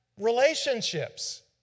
relationships